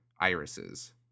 irises